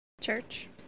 church